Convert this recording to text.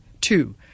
two